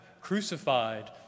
crucified